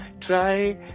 Try